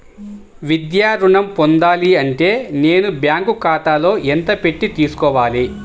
విద్యా ఋణం పొందాలి అంటే నేను బ్యాంకు ఖాతాలో ఎంత పెట్టి తీసుకోవాలి?